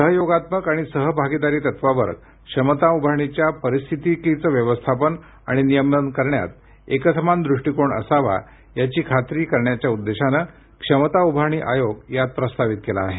सहयोगात्मक आणि सह भागिदारी तत्वावर क्षमता उभारणीच्या परिस्थितीकीचे व्यवस्थापन आणि नियमन करण्यात एकसमान दृष्टिकोण असावा याची खात्री करण्याच्या उद्देशाने क्षमता उभारणी आयोग यात प्रस्तावित केला आहे